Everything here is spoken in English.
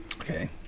Okay